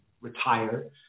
retire